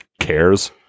cares